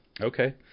Okay